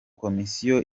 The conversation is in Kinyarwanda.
komisiyo